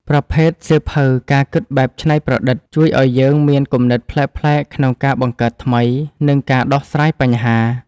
ប្រភេទសៀវភៅការគិតបែបច្នៃប្រឌិត ជួយឱ្យយើងមានគំនិតប្លែកៗក្នុងការបង្កើតថ្មី និងការដោះស្រាយបញ្ហា។